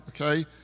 okay